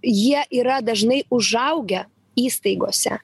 jie yra dažnai užaugę įstaigose